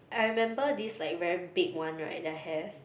I remember this like very big one right that I have